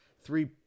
three